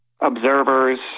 observers